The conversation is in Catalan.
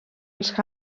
els